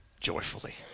joyfully